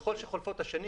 האוטומציה,